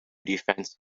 defense